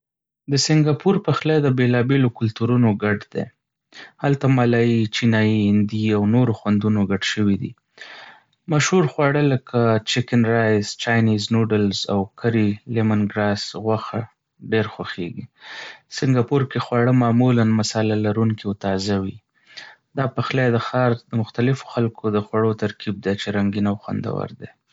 د سینګاپور پخلی د بېلابېلو کلتورونو ګډ دی. هلته مالايي، چینایي، هندي، او نورو خوندونو ګډ شوي دي. مشهور خواړه لکه چکن رایس، چاینيز نوډلز، او کرې لیمونګراس غوښه ډېر خوښيږي. سینګاپور کې خواړه معمولا مصالحه لرونکي او تازه وي. دا پخلی د ښار د مختلفو خلکو د خوړو ترکیب دی چې رنګین او خوندور دی.